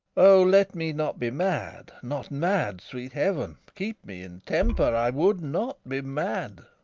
o, let me not be mad, not mad, sweet heaven! keep me in temper i would not be mad